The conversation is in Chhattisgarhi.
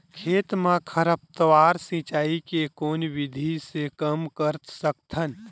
खेत म खरपतवार सिंचाई के कोन विधि से कम कर सकथन?